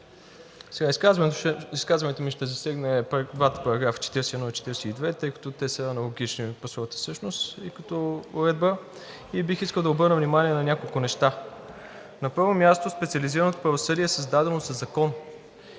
Изказването ми ще засегне двата параграфа – 41 и 42, тъй като те са аналогични по своята същност и като уредба и бих искал да обърна внимание на няколко неща. На първо място, специализираното правосъдие е създадено със закон.